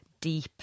deep